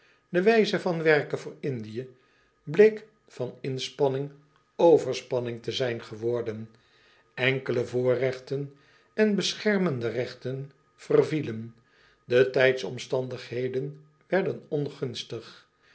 e wijze van werken voor ndië bleek van inspanning overspanning te zijn geworden enkele voorregten en beschermende regten vervielen de tijdsomstandigheden werden ongunstig